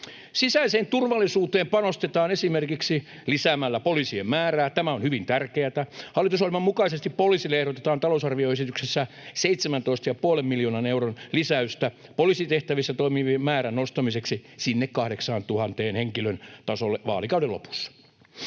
Sisäiseen turvallisuuteen panostetaan esimerkiksi lisäämällä poliisien määrää. Tämä on hyvin tärkeätä. Hallitusohjelman mukaisesti poliisille ehdotetaan talousarvioesityksessä seitsemäntoista ja puolen miljoonan euron lisäystä poliisin tehtävissä toimivien määrän nostamiseksi sinne 8 000 henkilön tasolle vaalikauden lopussa.